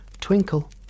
Twinkle